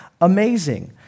amazing